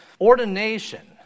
ordination